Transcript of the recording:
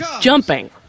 jumping